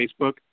Facebook